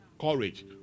Courage